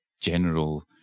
general